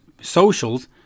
socials